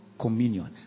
communion